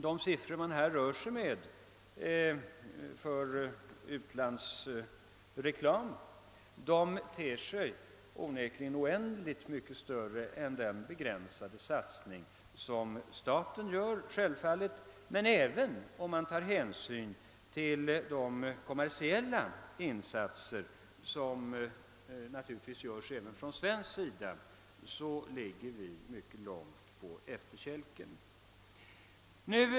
De siffror man här rör sig med för utlandsreklam ter sig onekligen oändligt mycket större än den begränsade satsning som staten gör. Det är naturligt, men även om vi tar hänsyn till de kommersiella insatser, som naturligtvis görs även från svensk sida, ligger vårt land mycket långt på efterkälken.